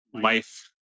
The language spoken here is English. life